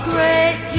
Great